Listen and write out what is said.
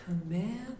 command